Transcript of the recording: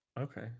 Okay